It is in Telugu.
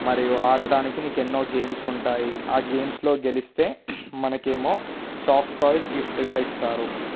మరియు ఆడడానికి నీకెన్నో గేమ్స్ ఉంటాయి ఆ గేమ్స్లో గెలిస్తే మనకేమో సాఫ్ట్ టాయ్స్ గిఫ్ట్గా ఇస్తారు